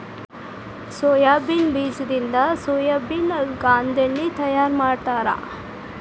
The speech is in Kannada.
ಸೊಯಾಬೇನ್ ಬೇಜದಿಂದ ಸೋಯಾಬೇನ ಗಾಂದೆಣ್ಣಿ ತಯಾರ ಮಾಡ್ತಾರ